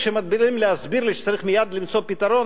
כשמתחילים להסביר לי שצריך מייד למצוא פתרון,